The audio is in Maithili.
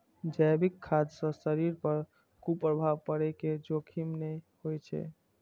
जैविक खाद्य सं शरीर पर कुप्रभाव पड़ै के जोखिम नै होइ छै